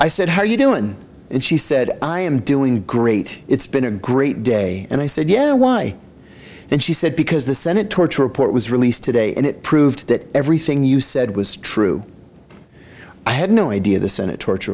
i said how are you doing and she said i am doing great it's been a great day and i said yeah why and she said because the senate torture report was released today and it proved that everything you said was true i had no idea the senate torture